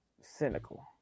Cynical